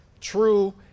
True